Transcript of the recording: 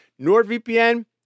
NordVPN